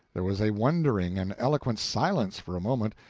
there was a wondering and eloquent silence for a moment,